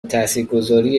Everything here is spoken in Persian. تاثیرگذاری